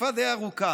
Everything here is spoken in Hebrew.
תקופה די ארוכה.